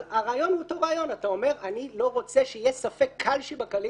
אבל הרעיון הוא אותו רעיון אתה אומר אני לא רוצה שיהיה ספק קל שבקלים